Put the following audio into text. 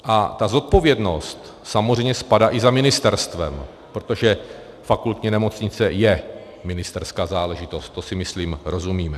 A ta zodpovědnost samozřejmě spadá i za ministerstvem, protože fakultní nemocnice je ministerská záležitost, to si, myslím, rozumíme.